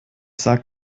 sagt